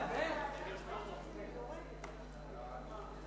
ההצעה להעביר את הצעת חוק הרשויות המקומיות (ביטול